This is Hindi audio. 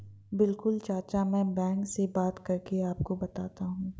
बिल्कुल चाचा में बैंक से बात करके आपको बताता हूं